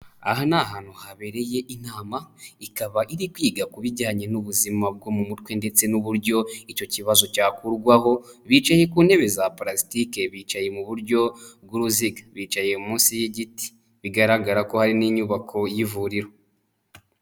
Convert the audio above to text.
Aa ni ahantu habereye inama, ikaba iri kwiga ku bijyanye n'ubuzima bwo mu mutwe ndetse n'uburyo icyo kibazo cyakurwaho, bicaye ku ntebe za parasitike, bicaye mu buryo bw'uruziga, bicaye munsi y'igiti, bigaragara ko hari n'inyubako y'ivuriro.